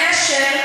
הקשר,